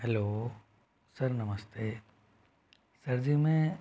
hello sir नमस्ते sir ji मैं